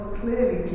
clearly